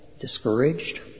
discouraged